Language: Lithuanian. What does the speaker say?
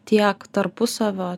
tiek tarpusavio